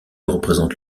représente